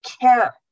care